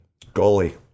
Goalie